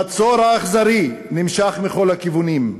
המצור האכזרי נמשך מכל הכיוונים,